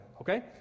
Okay